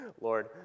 Lord